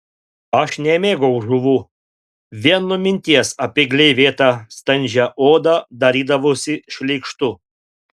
aš nemėgau žuvų vien nuo minties apie gleivėtą standžią odą darydavosi šleikštu